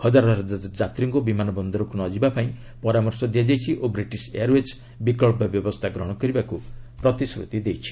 ହଜାର ହଜାର ଯାତ୍ରୀଙ୍କୁ ବିମାନ ବନ୍ଦରକୁ ନଯିବା ପାଇଁ ପରାମର୍ଶ ଦିଆଯାଇଛି ଓ ବ୍ରିଟିଶ ଏୟାରଓ୍ପେଜ୍ ବିକଚ୍ଚ ବ୍ୟବସ୍ଥା ଗ୍ରହଣ କରିବାକୁ ପ୍ରତିଶ୍ରତି ଦେଇଛି